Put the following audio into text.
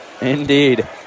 Indeed